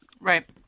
Right